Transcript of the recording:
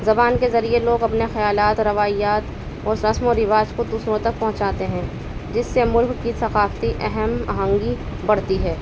زبان کے ذریعے لوگ اپنے خیالات روایات اور رسم و رواج کو دوسروں تک پہنچاتے ہیں جس سے ملک کی ثقافتی اہم آہنگی بڑھتی ہے